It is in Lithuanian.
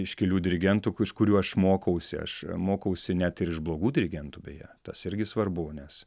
iškilių dirigentų iš kurių aš mokausi aš mokausi net ir iš blogų dirigentų beje tas irgi svarbu nes